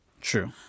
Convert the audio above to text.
True